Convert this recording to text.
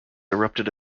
erupted